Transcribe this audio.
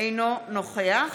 אינו נוכח